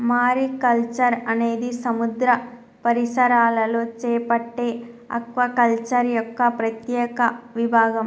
mariculture అనేది సముద్ర పరిసరాలలో చేపట్టే ఆక్వాకల్చర్ యొక్క ప్రత్యేక విభాగం